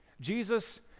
Jesus